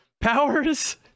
powers